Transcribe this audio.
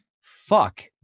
fuck